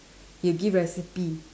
he'll give recipe